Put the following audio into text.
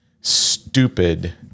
stupid